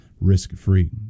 risk-free